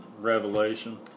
Revelation